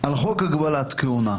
על חוק הגבלת כהונה.